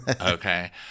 Okay